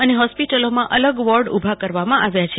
અને હોસ્પીટલોમાં અલગ વોર્ડ ઉભા કરવામાં આવ્યા છે